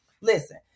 Listen